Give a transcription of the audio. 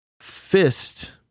fist